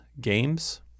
games